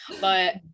But-